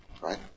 right